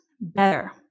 better